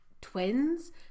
twins